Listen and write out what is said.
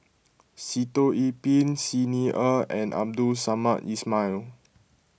Sitoh Yih Pin Xi Ni Er and Abdul Samad Ismail